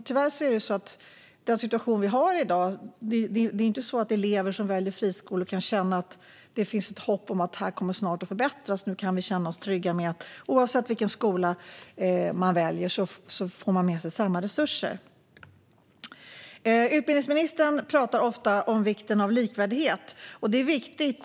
Tyvärr är detta den situation som vi har i dag, och elever som väljer friskolor kan inte heller känna att det finns ett hopp om att den snart kommer att förbättras. De kan inte känna sig trygga med att de får med sig samma resurser oavsett vilken skola de väljer. Utbildningsministern talar ofta om vikten av likvärdighet. Det är viktigt.